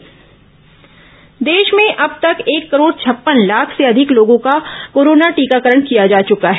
Covid टीका देश में अब तक एक करोड़ छप्पन लाख से अधिक लोगों का कोरोना टीकाकरण किया जा चुका है